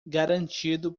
garantido